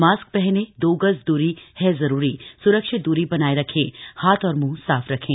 mask पहनें दो गज दूरी है जरूरी सुरक्षित दूरी बनाए रखें हाथ और मुंह साफ रखें